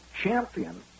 champion